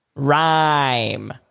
Rhyme